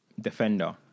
defender